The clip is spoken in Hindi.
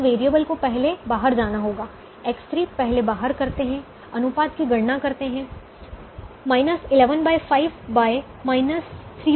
इस वैरिएबल को पहले बाहर जाना होगा X3 पहले बाहर करते है अनुपात की गणना करते है 115 35 113